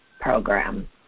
program